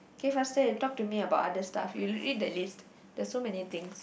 K faster and talk to me about other stuff you you read the list there's so many things